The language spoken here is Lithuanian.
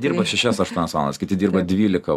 dirba šešias aštuonias valandas kiti dirba dvylika